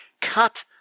cut